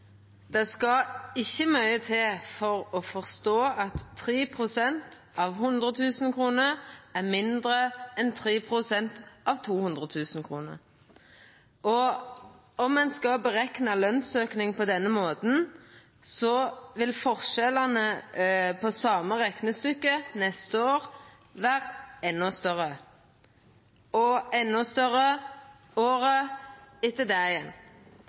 Det skal ikkje mykje til for å forstå at 3 pst. av 100 000 kr er mindre enn 3 pst. av 200 000 kr. Om ein skal berekna lønsauke på denne måten, vil forskjellane på same reknestykke neste år vera endå større, og endå større året etter der igjen.